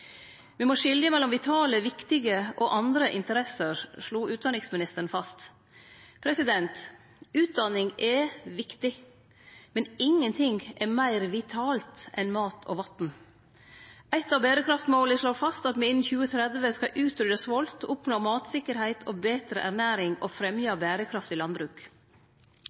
Me må skilje mellom vitale, viktige og andre interesser, slo utanriksministeren fast. Utdanning er viktig. Men ingen ting er meir vitalt enn mat og vatn! Eit av berekraftmåla slår fast at me innan 2030 skal utrydde svolt, oppnå matsikkerheit og betre ernæring og fremje berekraftig landbruk.